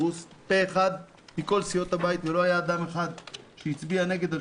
זה מזעזע ומקומם